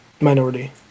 minority